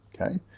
Okay